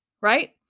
right